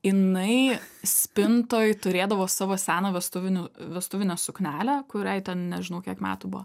jinai spintoj turėdavo savo seną vestuvinių vestuvinę suknelę kuriai ten nežinau kiek metų buvo